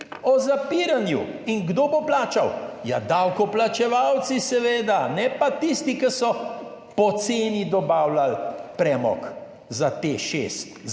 potrdili. Kdo bo plačal? Ja davkoplačevalci, seveda, ne pa tisti, ki so poceni dobavljali premog za Teš